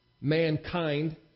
mankind